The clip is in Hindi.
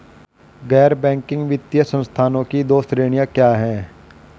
गैर बैंकिंग वित्तीय संस्थानों की दो श्रेणियाँ क्या हैं?